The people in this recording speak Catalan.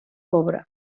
cobra